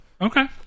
okay